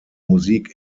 musik